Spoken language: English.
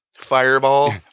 fireball